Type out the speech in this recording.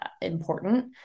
important